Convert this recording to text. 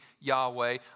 Yahweh